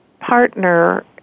partner